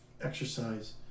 exercise